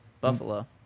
Buffalo